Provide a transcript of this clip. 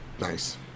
Nice